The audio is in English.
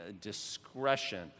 discretion